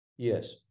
Yes